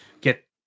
Get